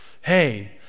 Hey